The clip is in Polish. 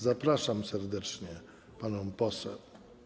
Zapraszam serdecznie panią poseł.